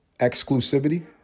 exclusivity